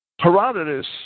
Herodotus